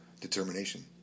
determination